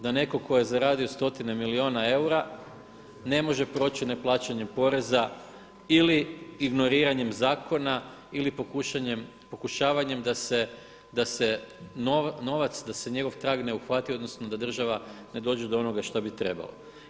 Da netko tko je zaradio stotine milijuna eura ne može proći neplaćanjem poreza ili ignoriranjem zakona ili pokušavanjem da se novac, da se njegov trag ne uhvati odnosno da država ne dođe do onoga što bi trebalo.